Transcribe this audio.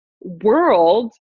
world